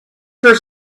for